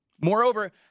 Moreover